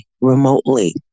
remotely